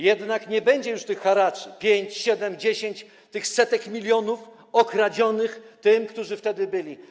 Jednak nie będzie już tych haraczy, 5, 7, 10, setek milionów ukradzionych tym, którzy wtedy byli.